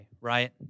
right